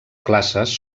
classes